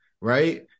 right